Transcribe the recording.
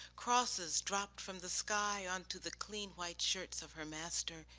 crosses dropped from the sky onto the clean white shirts of her master.